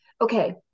okay